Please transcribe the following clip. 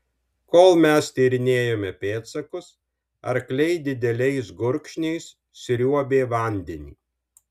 kol mes tyrinėjome pėdsakus arkliai dideliais gurkšniais sriuobė vandenį